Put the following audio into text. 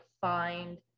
find